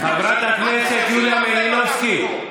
חברת הכנסת יוליה מלינובסקי,